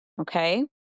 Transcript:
Okay